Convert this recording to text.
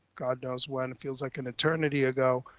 god knows when it feels like an eternity ago,